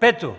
Пето,